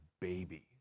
baby